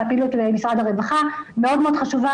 והפעילות עם משרד הרווחה מאוד מאוד חשובה,